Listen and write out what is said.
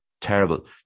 terrible